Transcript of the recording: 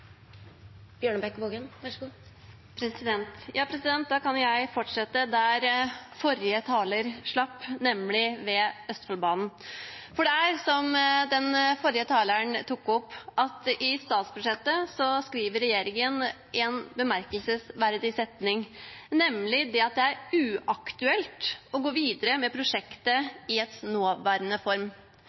slapp, nemlig med Østfoldbanen. Det er slik, som den forrige taleren tok opp, at i statsbudsjettet skriver regjeringen en bemerkelsesverdig setning, nemlig at det er uaktuelt «å gå videre med prosjektet i dets nåværende form».